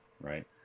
right